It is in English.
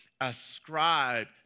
ascribe